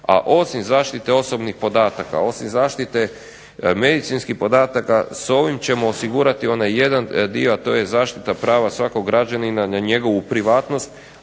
a osim zaštite osobnih podataka, osim zaštite medicinskih podataka s ovim ćemo osigurati onaj jedan dio, a to je zaštita prava svakog građanina na njegovu privatnost,